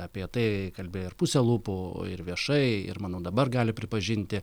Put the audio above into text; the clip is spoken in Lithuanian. apie tai kalbėjo ir puse lūpų ir viešai ir manau dabar gali pripažinti